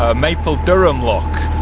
ah maple durham lock,